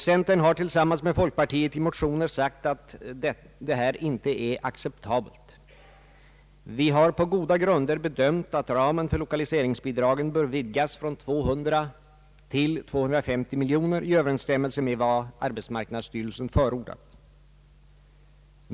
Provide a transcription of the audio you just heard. Centern har tillsammans med folkpartiet i motioner sagt att detta inte är acceptabelt. Vi har på goda grunder bedömt att ramen för lokaliseringsbidragen bör vidgas från 200 till 250 miljoner kronor i överensstämmelse med vad arbetsmarknadsstyrelsen förordat.